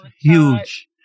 huge